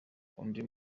undi